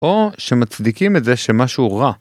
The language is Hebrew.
או שמצדיקים את זה שמשהו רע.